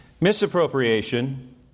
misappropriation